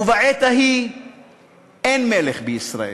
ובעת ההיא אין מלך בישראל,